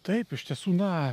taip iš tiesų na